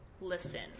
listen